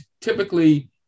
typically